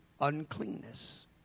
uncleanness